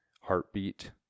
heartbeat